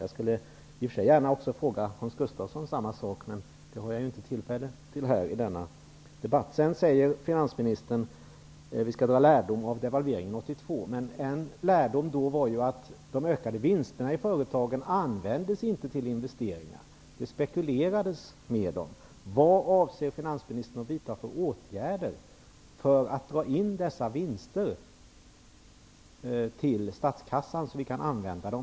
Jag skulle i och för sig gärna fråga Hans Gustafsson samma sak, men jag har inte tillfälle till detta i denna debatt. Sedan säger finansministern att vi skall dra lärdom av devalveringen 1982. Men en lärdom var att de ökade vinsterna i företagen inte användes till investeringar. Det spekulerades med dem.